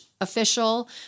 official